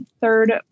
third